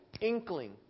inkling